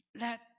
let